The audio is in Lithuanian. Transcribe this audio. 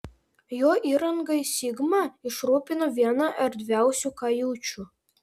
jo įrangai sigma išrūpino vieną erdviausių kajučių